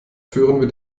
führen